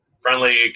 friendly